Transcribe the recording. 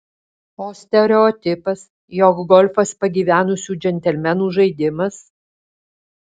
o stereotipas jog golfas pagyvenusių džentelmenų žaidimas